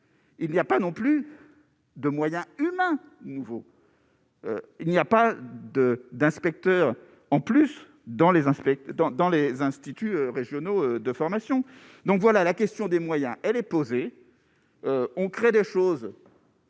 Il n'y a pas non plus de moyens humains nouveau. Il n'y a pas de d'inspecteurs en plus dans les inspecte dans dans les instituts régionaux de formation, donc voilà, la question des moyens, elle est posée, on crée des choses.